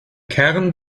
kern